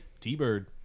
t-bird